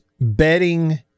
betting